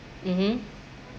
mmhmm